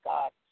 God